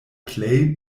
plej